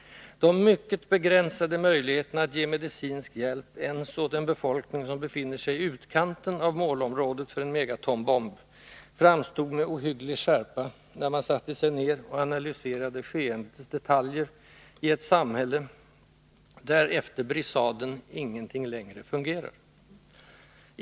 De mycket begränsade möjligheterna att ge medicinsk hjälp ens åt en befolkning, som befinner sig i utkanten av målområdet för en megatonbomb, framstod med ohygglig skärpa, när man satte sig ner och analyserade skeendets detaljer i ett samhälle, där efter brisaden ingenting längre fungerar.